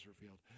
revealed